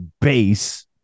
Base